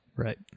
Right